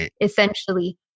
essentially